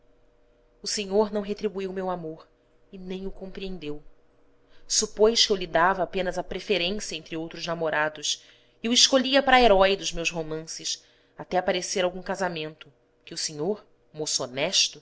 o senhor não retribuiu meu amor e nem o compreendeu supôs que eu lhe dava apenas a preferência entre outros namorados e o escolhia para herói dos meus romances até aparecer algum casamento que o senhor moço honesto